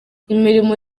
imirimo